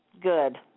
Good